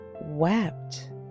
wept